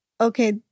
Okay